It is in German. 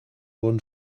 wurden